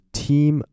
team